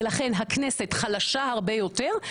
ולכן הכנסת חלשה הרבה יותר,